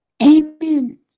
Amen